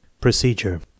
Procedure